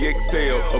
exhale